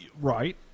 Right